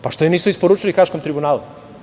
Pa, što je nisu isporučili Haškom tribunalu?